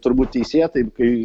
turbūt teisėtai kai